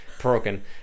broken